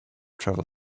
travel